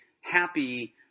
happy